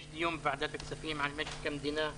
יש דיון בוועדת הכספים על משק המדינה.